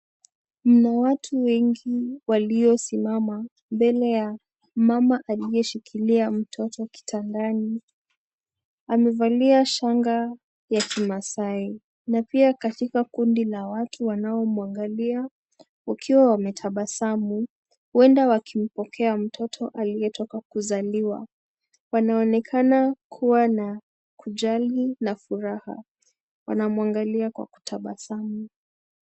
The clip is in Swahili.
Mna watu wengi waliosimama mbele ya mama aliyeshikilia mtoto kitandani, amevalia shanga ya Kimaasai na pia katika kundi la watu wanaomuangalia wakiwa wametabasamu huenda wakimpokea mtoto aliyetoka kuzaliwa, wanaonekana kuwa na kujali na furaha wanaomuangalia kwa kutabasamu.